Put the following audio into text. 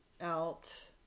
out